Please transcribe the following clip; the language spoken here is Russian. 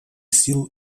сил